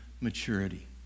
maturity